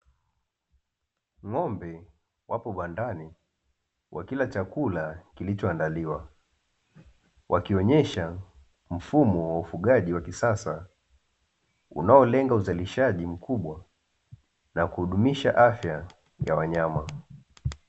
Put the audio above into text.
Ng’ombe wapo bandani wakila chakula kilichoandaliwa, wakionyesha mfumo wa ufugaji wa kisasa unaolenga uzalishaji mkubwa na kudumisha afya ya wanyama.